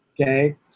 Okay